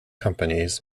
companies